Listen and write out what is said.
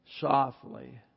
softly